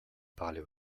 parlait